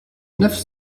neuf